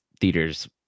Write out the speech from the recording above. theaters